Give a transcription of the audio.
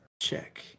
check